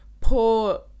poor